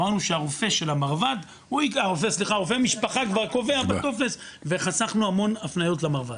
אמרנו שרופא משפחה כבר קובע בטופס וחסכנו המון הפניות למרב"ד.